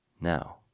Now